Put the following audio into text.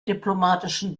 diplomatischen